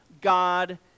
God